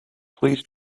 please